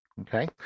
okay